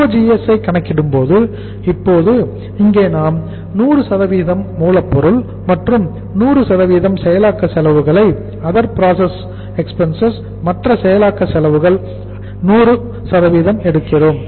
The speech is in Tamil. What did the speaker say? COGS ஐ கணக்கிடும்போது இப்போது இங்கே நாம் 100 மூலப்பொருள் மற்றும் 100 செயலாக்க செலவுகளை OPE மற்ற செயலாக்க செலவுகள் 100 எடுக்கிறோம்